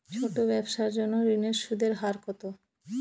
ছোট ব্যবসার জন্য ঋণের সুদের হার কত?